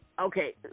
Okay